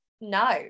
no